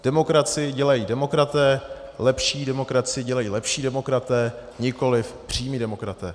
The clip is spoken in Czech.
Demokracii dělají demokraté, lepší demokracii dělají lepší demokraté, nikoliv přímí demokraté.